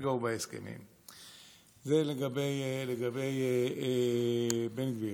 זה לגבי בן גביר.